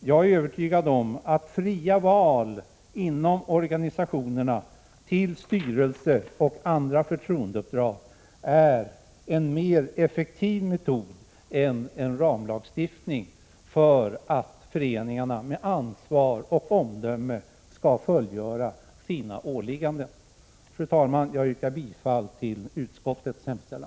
jag är övertygad om att fria val inom organisationerna till styrelsen och andra förtroendeuppdrag är en mer effektiv metod än en ramlagstiftning, för att föreningarna med ansvar och omdöme skall fullgöra sina åligganden. Fru talman! Jag yrkar bifall till utskottets hemställan.